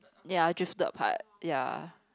ya drifted apart ya